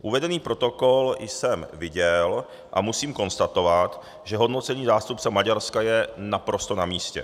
Uvedený protokol jsem viděl a musím konstatovat, že hodnocení zástupce Maďarska je naprosto namístě.